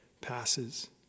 passes